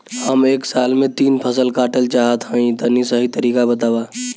हम एक साल में तीन फसल काटल चाहत हइं तनि सही तरीका बतावा?